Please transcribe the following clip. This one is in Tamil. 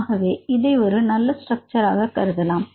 ஆகவே இதை ஒரு நல்ல ஸ்ட்ரக்சர் ஆக கருதலாம்